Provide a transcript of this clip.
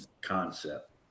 concept